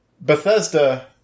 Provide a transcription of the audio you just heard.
Bethesda